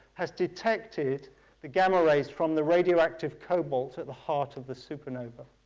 has detected the gamma rays from the radioactive cobalt at the heart of the supernova.